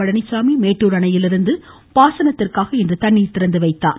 பழனிச்சாமி மேட்டூர் அணையிலிருந்து பாசனத்திற்காக இன்று தண்ணீர் திறந்துவைத்தார்